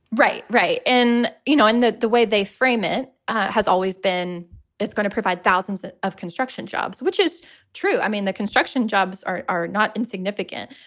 right? right. and, you know, in that the way they frame it has always been it's going to provide thousands of construction jobs, which is true. i mean, the construction jobs are are not insignificant.